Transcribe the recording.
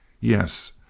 yes,